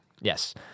Yes